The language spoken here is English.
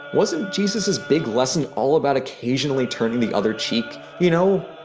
wasn't jesus's big lesson all about occasionally turning the other cheek? you know,